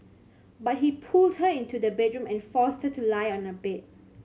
but he pulled her into the bedroom and forced her to lie on a bed